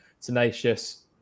Tenacious